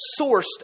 sourced